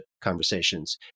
conversations